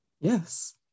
Yes